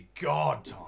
God